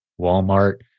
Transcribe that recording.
Walmart